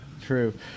true